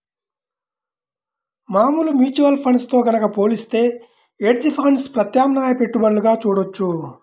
మామూలు mutual funds తో గనక పోలిత్తే హెడ్జ్ ఫండ్స్ ప్రత్యామ్నాయ పెట్టుబడులుగా చూడొచ్చు